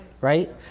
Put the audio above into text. Right